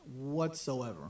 whatsoever